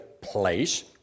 place